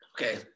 Okay